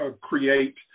create